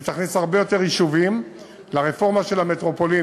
והיא תכניס הרבה יותר יישובים לרפורמה של המטרופולינים.